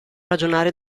ragionare